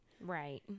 Right